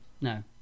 no